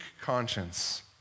conscience